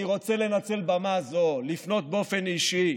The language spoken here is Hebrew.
אני רוצה לנצל במה זו ולפנות באופן אישי